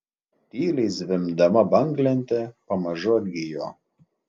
tyliai zvimbdama banglentė pamažu atgijo